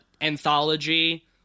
anthology